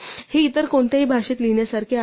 हे इतर कोणत्याही भाषेत लिहिण्यासारखे आहे